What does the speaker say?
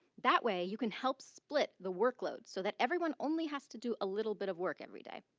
that way you can help split the workload so that everyone only has to do a little bit of work everyday.